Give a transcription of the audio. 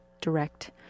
direct